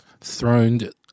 throned